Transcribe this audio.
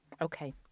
Okay